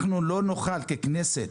אנחנו לא נוכל ככנסת